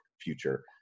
future